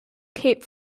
cape